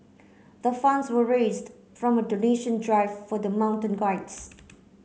the funds were raised from a donation drive for the mountain guides